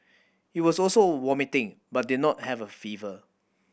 he was also vomiting but did not have a fever